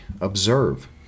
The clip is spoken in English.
observe